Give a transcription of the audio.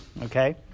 okay